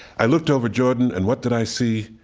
i looked over jordan and what did i see?